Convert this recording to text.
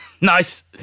nice